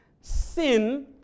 sin